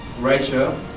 Rachel